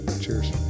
Cheers